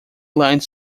lined